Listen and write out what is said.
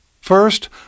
First